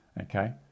okay